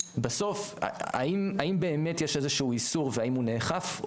בסוף האם באמת יש איזשהו איסור והאם הוא באמת נאכף,